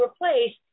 replaced